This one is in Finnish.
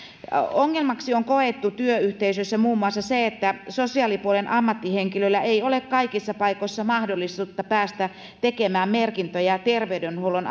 ongelmaksi on koettu työyhteisössä muun muassa se että sosiaalipuolen ammattihenkilöllä ei ole kaikissa paikoissa mahdollisuutta päästä tekemään merkintöjä terveydenhuollon